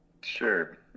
Sure